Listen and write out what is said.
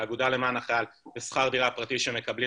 האגודה למען החייל ושכר דירה פרטי שמקבלים